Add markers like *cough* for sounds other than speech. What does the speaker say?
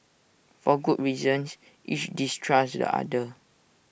for good reasons each *noise* distrusts the other